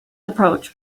approach